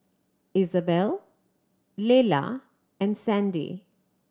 Isabell Lelah and Sandy